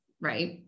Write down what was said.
right